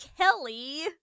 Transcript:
Kelly